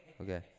Okay